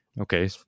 okay